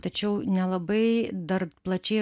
tačiau nelabai dar plačiai